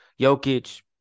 Jokic